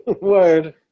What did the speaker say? Word